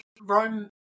Rome